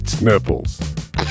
nipples